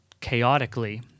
chaotically